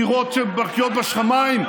דירות שמרקיעות לשמיים,